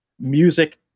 Music